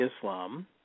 Islam